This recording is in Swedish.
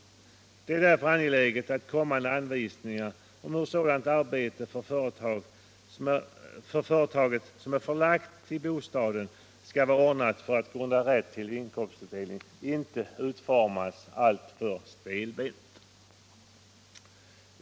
Det är därför angeläget att kommande anvisningar om hur sådant arbete för företaget som är förlagt till bostaden skall vara ordnat för att grunda rätt till inkomstuppdelning inte utformas alltför stelbent.